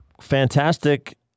fantastic